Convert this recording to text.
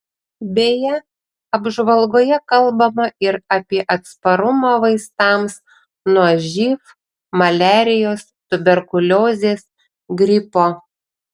beje apžvalgoje kalbama ir apie atsparumą vaistams nuo živ maliarijos tuberkuliozės gripo